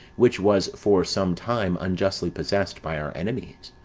which was for some time unjustly possessed by our enemies.